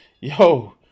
yo